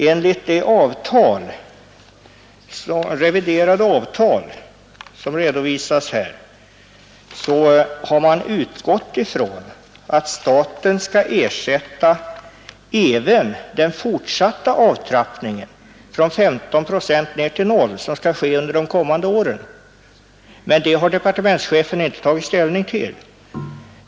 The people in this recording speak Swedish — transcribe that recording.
Enligt det reviderade avtal, som här redovisas, har man utgått ifrån att staten skall ersätta även den fortsatta avtrappningen från 15 procent ned till 0, vilken skall ske under de kommande åren. Detta har departementschefen inte tagit ställning till.